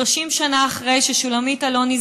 30 שנה אחרי ששולמית אלוני,